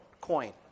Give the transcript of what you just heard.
coin